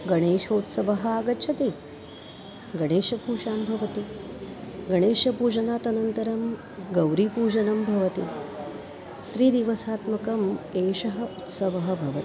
गणेशोत्सवः आगच्छति गणेशपूजा भवति गणेशपूजनात् अनन्तरं गौरीपूजनं भवति त्रिदिवसात्मकः एषः उत्सवः भवति